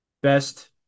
best